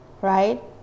right